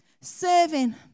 Serving